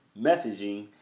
messaging